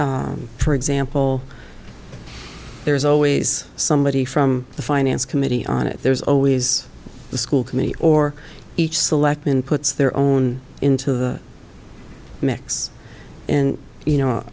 for example there's always somebody from the finance committee on it there's always the school committee or each selectman puts their own into the mix and you know